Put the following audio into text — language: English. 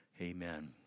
Amen